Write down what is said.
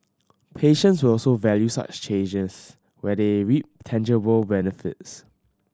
patients will also value such changes where they reap tangible benefits